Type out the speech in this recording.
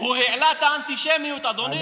הוא העלה את האנטישמיות, אדוני.